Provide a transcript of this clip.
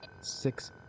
six